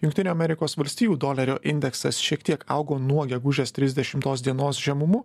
jungtinių amerikos valstijų dolerio indeksas šiek tiek augo nuo gegužės trisdešimtos dienos žemumų